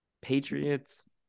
Patriots